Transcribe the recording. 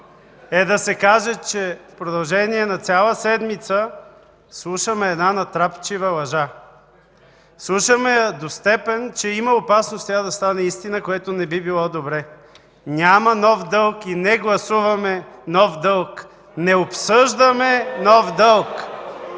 е да се каже, че в продължение на цяла седмица слушаме една натрапчива лъжа. Слушаме я до степен, че има опасност тя да стане истина, което не би било добре. Няма нов дълг и не гласуваме нов дълг. (Възгласи „Ееее”,